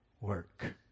work